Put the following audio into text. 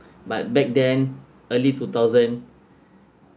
but back then early two thousand